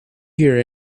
here